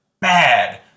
bad